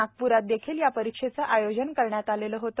नागपूरात देखील या परीक्षेचे आयोजन करण्यात आलेले होते